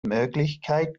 möglichkeit